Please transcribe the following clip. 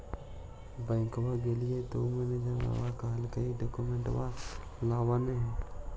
बैंकवा मे गेलिओ तौ मैनेजरवा कहलको कि डोकमेनटवा लाव ने?